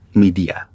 media